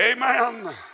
Amen